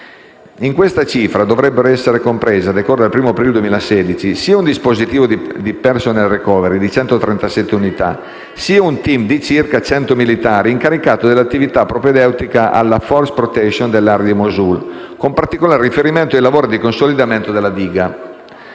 In questa cifra dovrebbero essere compresi, a decorrere dal 1° aprile 2016, sia un dispositivo di *personnel recovery* di 137 unità, sia un *team* di circa 100 militari incaricato delle attività propedeutiche alla *force protection* nell'area di Mosul, con particolare riferimento ai lavori di consolidamento della diga.